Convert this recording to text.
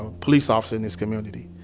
police officer in this community,